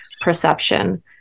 perception